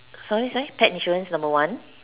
sorry sorry pet insurance number one